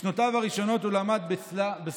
בשנותיו הראשונות הוא למד בצלא,